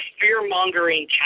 fear-mongering